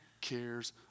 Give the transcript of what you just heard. cares